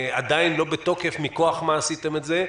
עדיין לא בתוקף, מכוח מה עשיתם את זה?